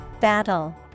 Battle